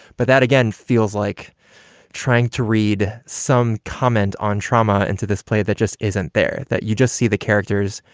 but that, again, feels like trying to read some comment on trauma and to this play that just isn't there, that you just see the characters,